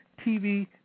TV